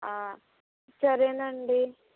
సరేనండీ